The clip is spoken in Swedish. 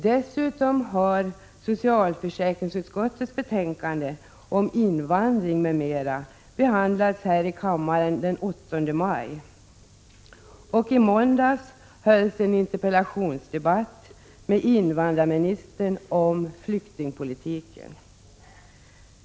Dessutom har socialförsäkringsutskottets betänkande om invandring m.m. behandlats här i kammaren den 8 maj, och i måndags hölls en interpellationsdebatt med invandrarministern om flyktingpolitiken.